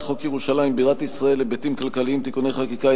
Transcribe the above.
חוק ירושלים בירת ישראל (היבטים כלכליים) (תיקוני חקיקה),